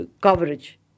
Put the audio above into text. coverage